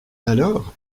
alors